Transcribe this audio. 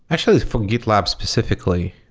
actually, it's for gitlab specifically.